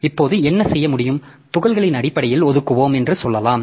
இப்போது என்ன செய்ய முடியும் துகள்களின் அடிப்படையில் ஒதுக்குவோம் என்று சொல்லலாம்